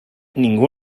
ningú